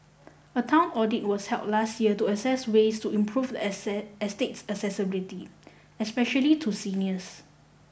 a town audit was held last year to assess ways to improve the the estate accessibility especially to seniors